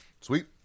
Sweet